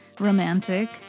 romantic